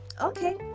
okay